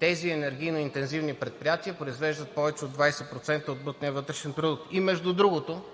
тези енергийно интензивни предприятия произвеждат повече от 20% от брутния вътрешен продукт. Между другото,